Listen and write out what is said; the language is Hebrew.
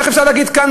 איך אפשר להגיד כאן,